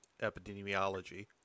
epidemiology